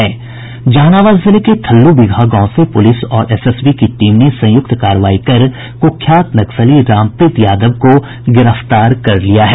जहानाबाद जिले के थल्लू बिगहा गांव से पुलिस और एसएसबी की टीम ने संयुक्त कार्रवाई कर कुख्यात नक्सली रामप्रीत यादव को गिरफ्तार कर लिया है